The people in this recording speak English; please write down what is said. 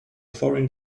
foreign